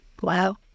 Wow